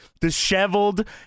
disheveled